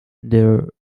there